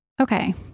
Okay